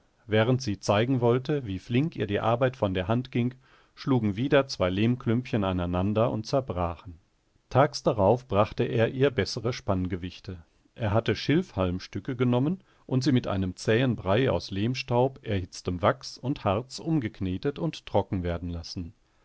während sie zeigen wollte wie flink ihr die arbeit von der hand ging schlugen wieder zwei lehmklümpchen aneinander und zerbrachen tags darauf brachte er ihr bessere spanngewichte er hatte schilfhalmstücke genommen und sie mit einem zähen brei aus lehmstaub erhitztem wachs und harz umknetet und trocken werden lassen